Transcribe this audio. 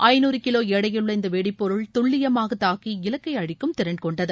ஐநூறு கிலோ எடையுள்ள இந்த வெடிப்பொருள் துல்லியமாக தாக்கி இலக்கை அழிக்கும் திறன் கொண்டது